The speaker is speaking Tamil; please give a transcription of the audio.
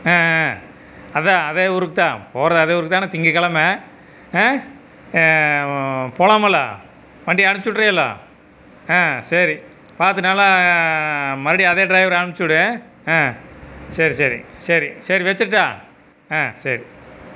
ஆ ஆ அதான் அதே ஊருக்கு தான் போகறது அதே ஊருக்கு தான் ஆனால் திங்கக்கிழம ஆ போலாமுல்லோ வண்டியை அனுப்சிவிட்ருவிலோ ஆ சரி பார்த்து நல்லா மறுபடி அதே ட்ரைவரை அனுப்சிவிடு ஆ சரி சரி சரி சரி வாச்சிர்ட்டா ஆ சரி